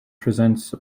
presents